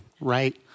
right